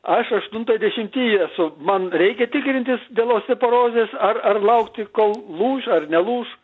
aš aštuntą dešimty esu man reikia tikrintis dėl osteoporozės ar ar laukti kol lūš ar nelūš